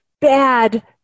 bad